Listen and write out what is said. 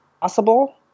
possible